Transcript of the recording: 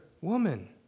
woman